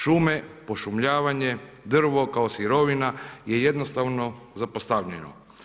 Šume, pošumljavanje, drvo kao sirovina je jednostavno zapostavljeno.